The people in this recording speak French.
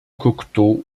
cocteau